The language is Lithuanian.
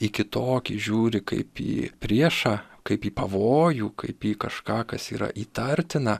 į kitokį žiūri kaip į priešą kaip į pavojų kaip į kažką kas yra įtartina